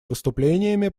выступлениями